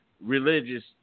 religious